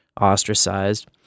ostracized